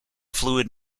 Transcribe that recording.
fluid